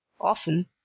Often